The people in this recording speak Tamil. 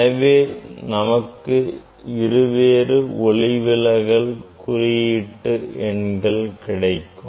எனவே நமக்கு இருவேறு ஒளிவிலகல் குறியீட்டு எண்கள் கிடைக்கும்